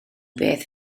beth